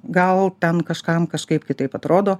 gal ten kažkam kažkaip kitaip atrodo